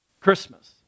Christmas